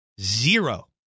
Zero